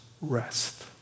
rest